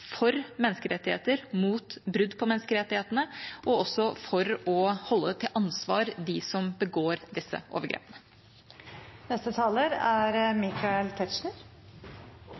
for menneskerettigheter, mot brudd på menneskerettighetene og også for å holde til ansvar de som begår disse overgrepene. Det er